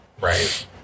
right